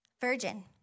Virgin